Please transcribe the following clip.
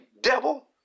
devil